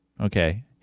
okay